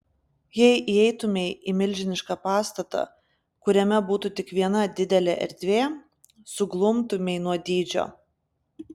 jei įeitumei į milžinišką pastatą kuriame būtų tik viena didelė erdvė suglumtumei nuo dydžio